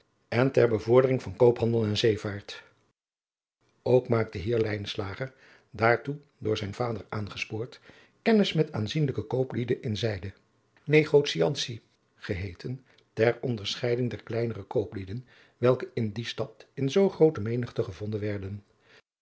en ter bevordering van koophandel en zeevaart ook maakte hier lijnslager daartoe door zijn vader aangespoord kennis met aanzienlijke kooplieden in zijde negozianti geheeten ter onderscheiding der kleinere kooplieden welke in die stad in zoo groote menigte gevonden werden